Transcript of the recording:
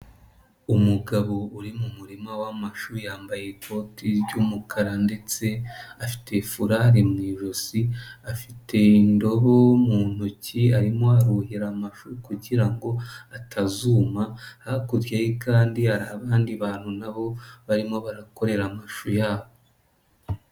Umugabo uri mu murima w'amashu yambaye ikoti ry'umukara ndetse afite furari mu ijosi, afite indobo mu ntoki arimo aruhira amashu kugira ngo atazuma, hakurya kandi hari abandi bantu nabo barimo barakorera amashu yabo.